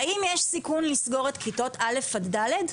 האם יש סיכון לסגור את כיתות א' עד ד'?